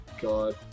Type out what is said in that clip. God